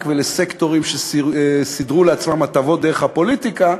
ולסקטורים שסידרו לעצמם הטבות דרך הפוליטיקה,